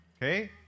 Okay